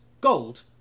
gold